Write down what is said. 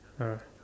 ah